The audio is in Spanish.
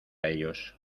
ellos